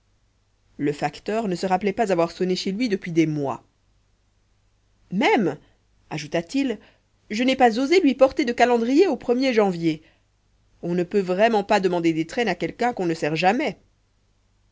le facteur ne se rappelait pas avoir sonné chez lui depuis des mois même ajouta-t-il je n'ai pas osé lui porter de calendrier au premier janvier on ne peut vraiment pas demander d'étrennes à quelqu'un qu'on ne sert jamais